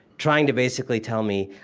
trying to basically tell me,